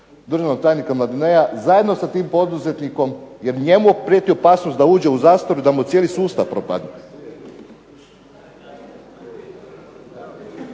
državnog tajnika Mladinea zajedno sa tim poduzetnikom jer njemu prijeti opasnost da uđe u zastaru, da mu cijeli sustav propadne.